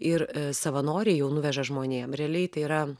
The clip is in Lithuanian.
ir savanoriai jau nuveža žmonėm realiai tai yra